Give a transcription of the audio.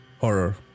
horror